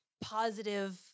positive